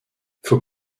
faut